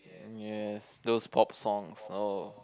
yes those pop songs oh